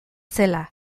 zela